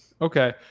Okay